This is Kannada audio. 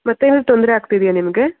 ಮತ್ತೇನೂ ತೊಂದರೆ ಆಗ್ತಿದೆಯಾ ನಿಮಗೆ